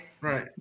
right